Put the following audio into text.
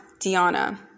Diana